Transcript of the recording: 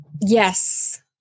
Yes